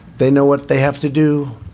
they know what they have to do.